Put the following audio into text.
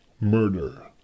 murder